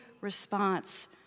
response